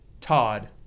Todd